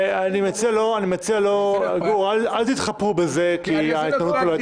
אני מציע אל תתחפרו בזה כי ההתנהלות פה לא הייתה בסדר.